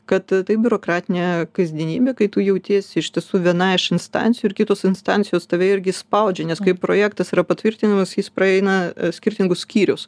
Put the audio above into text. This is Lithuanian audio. kad tai biurokratinė kasdienybė kai tu jautiesi iš tiesų viena iš instancijų ir kitos instancijos tave irgi spaudžia nes kai projektas yra patvirtinimas jis praeina skirtingus skyrius